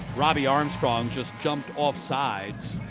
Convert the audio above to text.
robbie armstrong just jumped offsides.